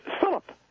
Philip